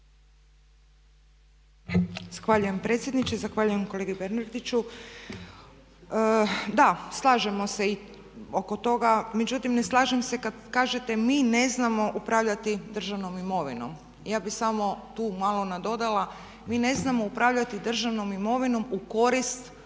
Zahvaljujem predsjedniče. Zahvaljujem kolegi Bernardiću. Da, slažemo se i oko toga. Međutim, ne slažem se kad kažete mi ne znamo upravljati državnom imovinom. Ja bih samo tu malo nadodala. Mi ne znamo upravljati državnom imovinom u korist